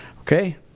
okay